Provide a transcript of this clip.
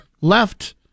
left